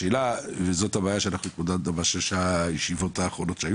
הבעיה שאיתה התמודדנו בישיבות האחרונות שהיו